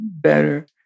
better